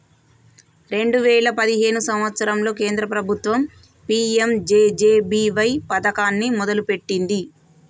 రెండే వేయిల పదిహేను సంవత్సరంలో కేంద్ర ప్రభుత్వం పీ.యం.జే.జే.బీ.వై పథకాన్ని మొదలుపెట్టింది